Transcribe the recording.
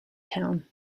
town